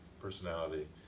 personality